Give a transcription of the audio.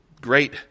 great